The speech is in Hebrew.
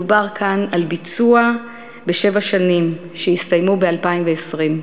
מדובר כאן על ביצוע בשבע שנים, שיסתיימו ב-2020.